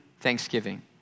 thanksgiving